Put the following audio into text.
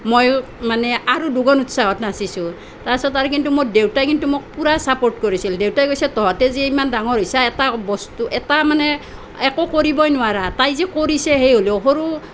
ময়ো মানে আৰু দুগুণ উৎসাহত নাচিছোঁ তাৰ পাছত আৰু কিন্তু মোৰ দেউতাই কিন্তু মোক পুৰা চাপৰ্ট কৰিছিল দেউতাই কৈছে তহঁতে যে ইমান ডাঙৰ হৈছ' এটা বস্তু এটা মানে একো কৰিবই নোৱাৰা তাই যে কৰিছে সেই হ'লেও সৰু